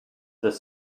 this